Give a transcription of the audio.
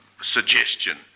suggestion